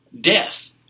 death